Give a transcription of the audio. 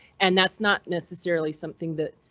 and that's not necessarily something that.